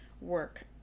work